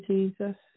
Jesus